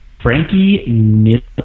Frankie